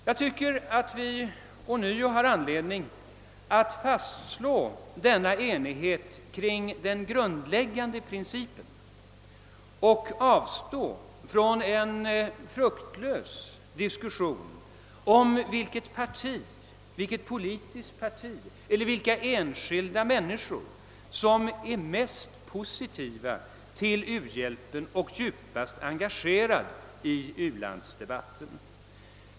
Jag tycker att vi ånyo har anledning att fastslå denna enighet kring den grundläggande principen och avstå från en fruktlös diskussion om vilka politiska partier eller vilka enskilda människor som är mest positiva till u-hjälpen och djupast engagerade i u-landsdebatten.